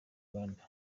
uganda